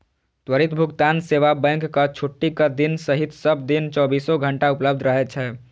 त्वरित भुगतान सेवा बैंकक छुट्टीक दिन सहित सब दिन चौबीसो घंटा उपलब्ध रहै छै